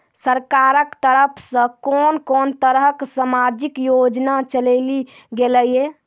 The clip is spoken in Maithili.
सरकारक तरफ सॅ कून कून तरहक समाजिक योजना चलेली गेलै ये?